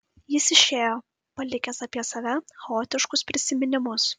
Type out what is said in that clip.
jis išėjo palikęs apie save chaotiškus prisiminimus